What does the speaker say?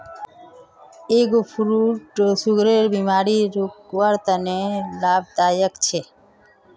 egg fruit सुगरेर बिमारीक रोकवार तने लाभदायक छे